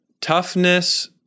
toughness